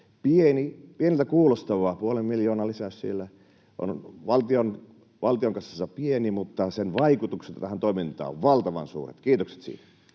pieneltä kuulostava — puolen miljoonan lisäys siellä. Valtion kassassa se on pieni, mutta sen vaikutukset tähän toimintaan ovat valtavan suuret — kiitokset siitä.